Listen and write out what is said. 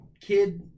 kid